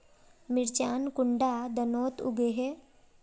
मिर्चान कुंडा दिनोत उगैहे?